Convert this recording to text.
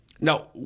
Now